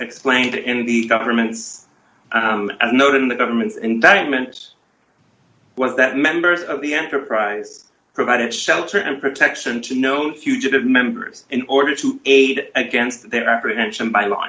explained in the government's note in the government's indictment was that members of the enterprise provided shelter and protection to known fugitive members in order to aid against their apprehension by law